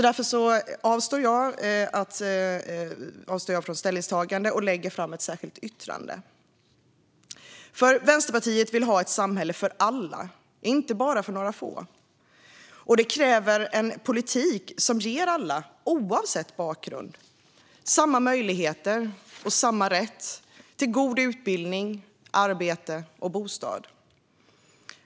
Därför väljer jag att avstå från ett ställningstagande och lägger i stället fram ett särskilt yttrande. Vänsterpartiet vill ha ett samhälle för alla, inte bara för några få. Det kräver en politik som ger alla, oavsett bakgrund, samma möjligheter och samma rätt till god utbildning, arbete och bostad.